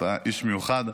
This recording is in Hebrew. אתה איש מיוחד.